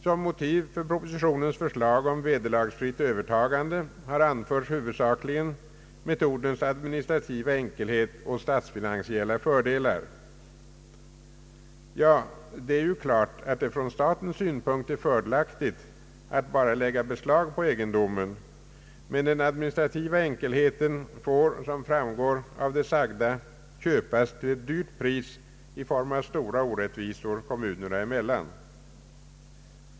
Som motiv för propositionens förslag om vederlagsfritt övertagande har anförts huvudsakligen metodens administrativa enkelhet och statsfinansiella fördelar. Ja, det är klart att det från statens synpunkt är fördelaktigt att bara lägga beslag på egendomen, men den administrativa enkelheten får, som framgår av det sagda, köpas till ett dyrt pris i form av stora orättvisor kommunerna emellan.